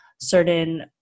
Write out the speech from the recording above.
certain